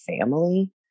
family